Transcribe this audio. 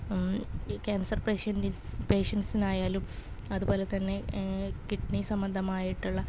ഈ cancer patients പേഷ്യൻസിനായാലും അതുപോലെ തന്നെ കിഡ്നി സമ്പന്ധമായിട്ടുള്ള